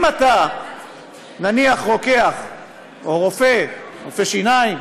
אם אתה נניח רוקח או רופא, רופא שיניים,